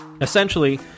Essentially